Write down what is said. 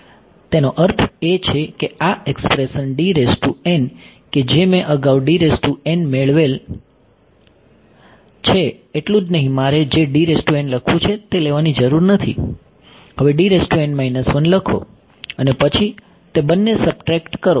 તેનો અર્થ એ છે કે આ એક્સ્પ્રેશન કે જે મેં અગાઉ મેળવેલ છે એટલું જ નહીં મારે જે લખવું છે તે લેવાની જરૂર નથી હવે લખો અને પછી તે બંન્ને સબટ્રેકટ કરો